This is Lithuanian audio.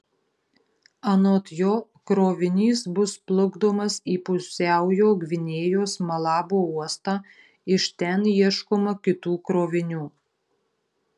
anot jo krovinys bus plukdomas į pusiaujo gvinėjos malabo uostą iš ten ieškoma kitų krovinių